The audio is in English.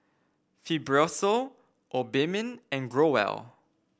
Fibrosol Obimin and Growell